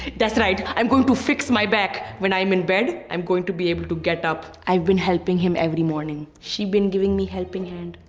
that's right. i'm going to fix my back. when i'm in bed i'm going to be able to get up. i've been helping him every morning. she been giving me helping hand.